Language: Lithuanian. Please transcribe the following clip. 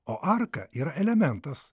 o arka yra elementas